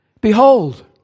behold